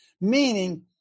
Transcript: meaning